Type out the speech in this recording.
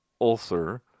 ulcer